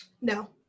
No